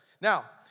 Now